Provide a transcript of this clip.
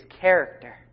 character